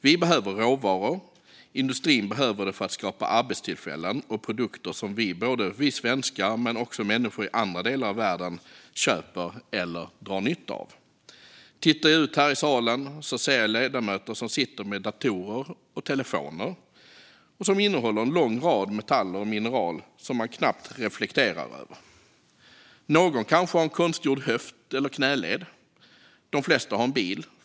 Vi behöver råvaror. Industrin behöver dem för att skapa arbetstillfällen och produkter som både vi svenskar och människor i andra delar av världen köper eller drar nytta av. Tittar jag ut här i salen ser jag ledamöter som sitter med datorer och telefoner som innehåller en lång rad metaller och mineral som vi knappt reflekterar över. Någon kanske har en konstgjord höft eller knäled. De flesta har en bil.